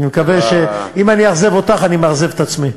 אם אני אאכזב אותך, אני מאכזב את עצמי.